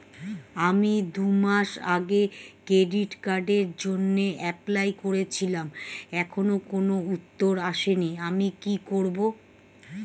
আমি দুমাস আগে ক্রেডিট কার্ডের জন্যে এপ্লাই করেছিলাম এখনো কোনো উত্তর আসেনি আমি কি করব?